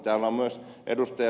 täällä myös ed